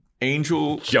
Angel